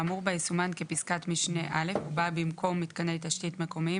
האמור בה יסומן כפסקת משנה (א) ובה במקום "מתקני תשתית מקומיים"